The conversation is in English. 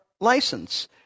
license